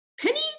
Penny